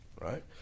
right